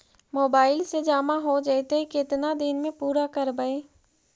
Mobile से जामा हो जैतय, केतना दिन में पुरा करबैय?